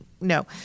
No